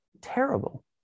terrible